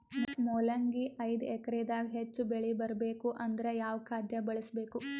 ಮೊಲಂಗಿ ಐದು ಎಕರೆ ದಾಗ ಹೆಚ್ಚ ಬೆಳಿ ಬರಬೇಕು ಅಂದರ ಯಾವ ಖಾದ್ಯ ಬಳಸಬೇಕು?